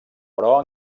però